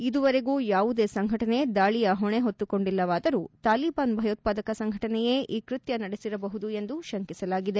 ಇದುವರೆಗೂ ಯಾವುದೇ ಸಂಘಟನೆ ದಾಳಯ ಹೊಣೆ ಹೊತ್ತುಕೊಂಡಿಲ್ಲವಾದರೂ ತಾಲಿಬಾನ್ ಭಯೋತ್ಪಾದಕ ಸಂಘಟನೆಯೇ ಈ ಕೃತ್ತ ನಡೆಸಿರಬಹುದು ಎಂದು ತಂಕಿಸಲಾಗಿದೆ